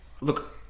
Look